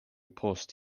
post